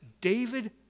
David